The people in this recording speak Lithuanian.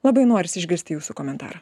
labai norisi išgirsti jūsų komentarą